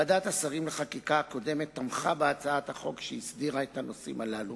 ועדת השרים הקודמת לחקיקה תמכה בהצעת החוק שהסדירה את הנושאים הללו.